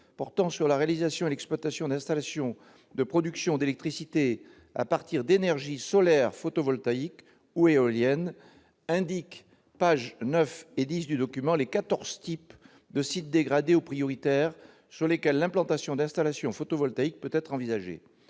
portant sur la réalisation et l'exploitation d'installations de production d'électricité à partir d'énergie solaire, photovoltaïque ou éolienne indique, pages 9 et 10 du document, les quatorze types de sites dégradés ou prioritaires sur lesquels l'implantation d'installations photovoltaïques peut être envisagée,